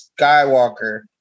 Skywalker